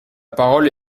parole